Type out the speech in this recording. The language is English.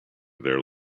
there